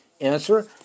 answer